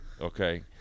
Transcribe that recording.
Okay